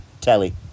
Telly